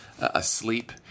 asleep